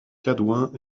cadouin